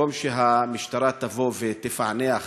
במקום שהמשטרה תבוא ותפענח